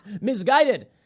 Misguided